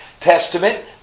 testament